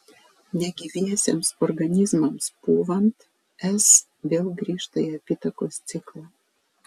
negyviesiems organizmams pūvant s vėl grįžta į apytakos ciklą